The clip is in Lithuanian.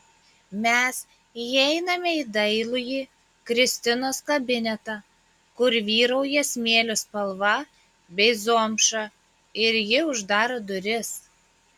mes įeiname į dailųjį kristinos kabinetą kur vyrauja smėlio spalva bei zomša ir ji uždaro duris